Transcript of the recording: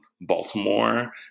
baltimore